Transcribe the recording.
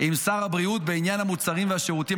-- עם שר הבריאות בעניין המוצרים והשירותים